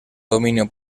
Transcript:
dominio